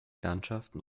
landschaften